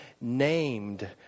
Named